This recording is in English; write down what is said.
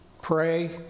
Pray